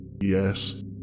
Yes